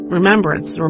remembrance